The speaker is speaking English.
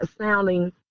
sounding